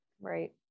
Right